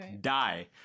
die